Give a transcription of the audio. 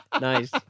Nice